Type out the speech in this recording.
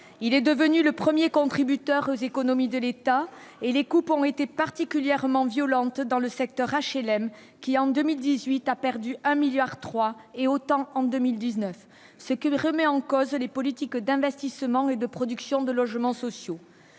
il est devenu le 1er contributeur aux économies de l'État et les coupes ont été particulièrement violentes dans le secteur HLM qui en 2018 a perdu un milliard 3 et autant en 2019, ce qui remet en cause les politiques d'investissement et de production de logements sociaux,